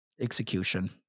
execution